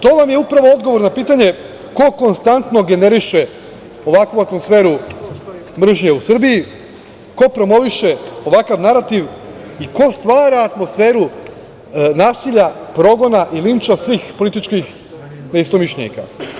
To vam je upravo odgovor na pitanje ko konstantno generiše ovakvu atmosferu mržnje u Srbiji, ko promoviše ovakav narativ i ko stvara atmosferu nasilja, progona i linča svih političkih neistomišljenika.